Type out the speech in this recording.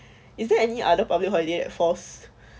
is there any other public holiday falls